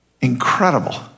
incredible